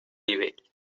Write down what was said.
nivell